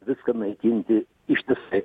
viską naikinti ištisai